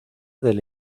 del